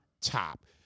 top